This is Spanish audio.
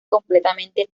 completamente